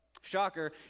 shocker